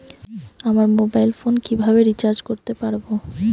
আমার mobile phone কিভাবে recharge করতে পারব?